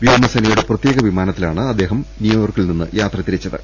വ്യോമസേന യുടെ പ്രത്യേക വിമാനത്തിലാണ് അദ്ദേഹം ന്യൂയോർക്കിൽ നിന്ന് മടങ്ങിയത്